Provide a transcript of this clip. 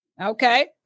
Okay